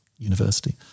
University